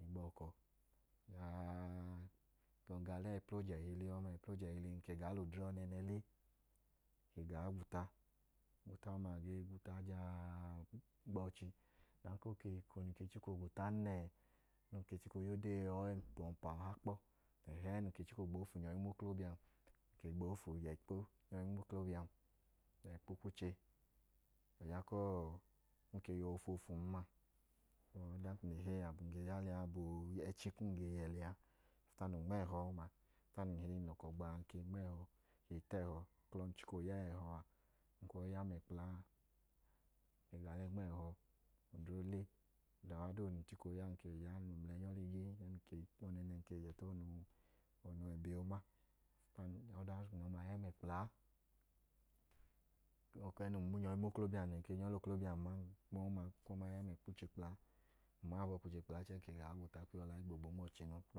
Ng gbọkọ jaa, ng ga ọlẹ ẹpla oje ẹhili ọma, ẹpla oje ẹhili ng lẹ odre ọnẹẹnẹ le ng gaa gwuta. Ng gwuta ọma jaa gba ọchi. Ọdanka ng ke chika oogwutan nẹ, num ke chika ooya odee aman ka ọmpa ọha kpọ. Ng chika oonyọ i ma oklobiya m, ng lẹ ofu gbo ikpo nyọ i ma oklobiya m. O ya k u ọọ, kum ke yọ ofoofum n ma, ọdanka ng le heyi, abum ge ya lẹ a. abọ ẹchi kum ge yẹ lẹ a. Ọdan num nma ẹhọ ọma, ọdan num heyi ng lẹ ọkọ gba. Ng nma ẹhọ, ng le ta ẹhọ, uklọ num chika ooya ya ẹhọ ọma, ng kwuu ọ i ya mẹ kpla, ọda ọha doodu num chika ooya, ng ke le ya, ọnẹẹnẹ, ng ke le ta ọnu ẹbẹ ooma. Ọdan num lẹ ọma ya mẹ kpla, o wẹ ẹẹnum gee nyọ i ma oklobiya m nẹ ng ken yọ i lẹ oklobiyan ma. Ng lẹ ọma ya. O wẹ ẹẹ num i wa gaa gwuta nẹ ng ke gaa gwuta, ng lẹ